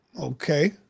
Okay